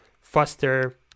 faster